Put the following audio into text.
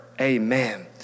Amen